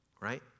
right